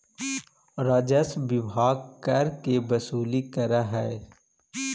राजस्व विभाग कर के वसूली करऽ हई